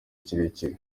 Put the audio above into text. kirekire